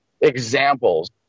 examples